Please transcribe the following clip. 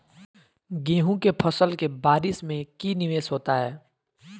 गेंहू के फ़सल के बारिस में की निवेस होता है?